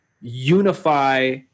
unify